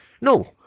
No